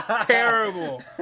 Terrible